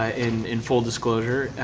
ah in in full disclosure.